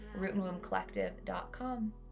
rootandwombcollective.com